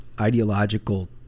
ideological